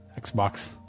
Xbox